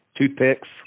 Toothpicks